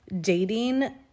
dating